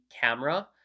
camera